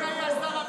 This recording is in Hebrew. מי היה שר הביטחון?